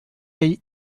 ell